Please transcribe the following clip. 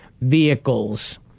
vehicles